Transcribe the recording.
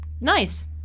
nice